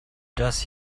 does